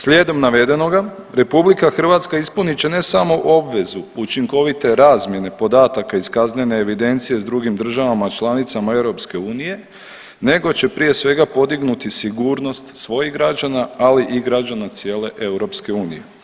Slijedom navedenoga RH ispunit će ne samo obvezu učinkovite razmjene podataka iz kaznene evidencije s drugim državama članicama EU nego će prije svega podignuti sigurnost svojih građana, ali i građana cijele EU.